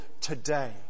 today